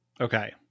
Okay